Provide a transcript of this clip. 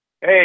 Hey